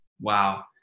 Wow